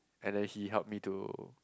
and then he help me to